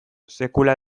sekula